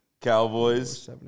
Cowboys